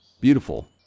Beautiful